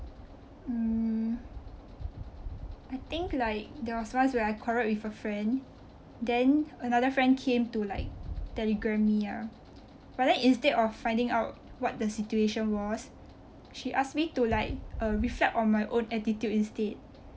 mm I think like there was once when I quarreled with a friend than another friend came to like telegram me ah but then instead of finding out what the situation was she asked me to like uh reflect on my own attitude instead